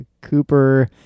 Cooper